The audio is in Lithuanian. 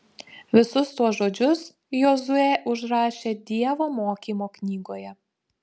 visus tuos žodžius jozuė užrašė dievo mokymo knygoje